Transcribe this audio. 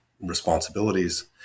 responsibilities